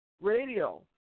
radio